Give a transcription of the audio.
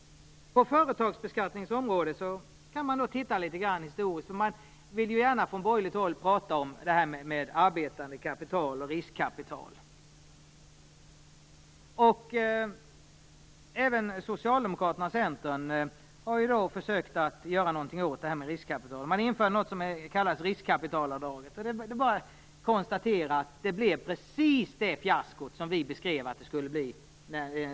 På företagsbeskattningens område kan man titta litet på historien. Från borgerligt håll vill man gärna tala om arbetande kapital och riskkapital. Även Socialdemokraterna och Centern har försökt göra något åt riskkapitalet. De införde något som kallas riskkapitalavdrag. Det är bara att konstatera att det blev precis det fiasko som vi i vår motion om detta beskrev att det skulle bli.